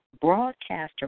Broadcaster